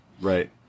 Right